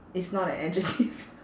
it's not an adjective